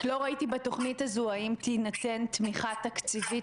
רק לא ראיתי בתכניתה זאת האם תינתן תמיכה תקציבית